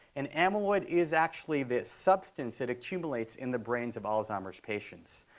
and amyloid is actually the substance that accumulates in the brains of alzheimer's patients.